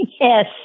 Yes